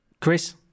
Chris